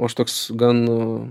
aš toks gan